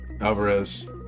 Alvarez